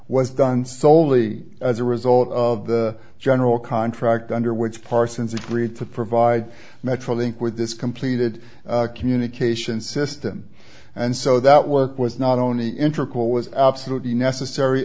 was done solely as a result of the general contract under which parsons agreed to provide metrolink with this completed communication system and so that work was not only intricate was absolutely necessary